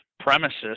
premises